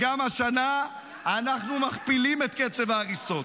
גם השנה אנחנו מכפילים את קצב ההריסות.